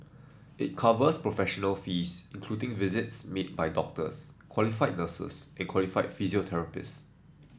it covers professional fees including visits made by doctors qualified nurses and qualified physiotherapists